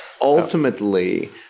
Ultimately